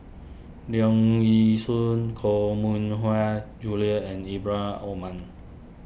Leong Yee Soo Koh Mui Hiang Julie and Ibrahim Omar